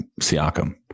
Siakam